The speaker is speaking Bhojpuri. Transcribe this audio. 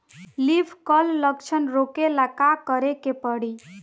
लीफ क्ल लक्षण रोकेला का करे के परी?